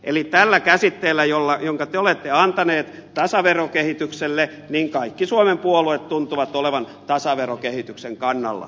eli tällä merkityksellä jonka te olette antaneet tasaverokehitykselle kaikki suomen puolueet tuntuvat olevan tasaverokehityksen kannalla